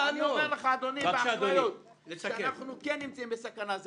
כן נמצאים בסכנה.